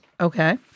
Okay